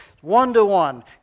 One-to-one